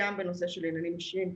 גם בנושא של עניינים אישיים,